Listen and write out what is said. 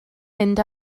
mynd